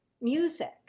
music